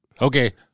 Okay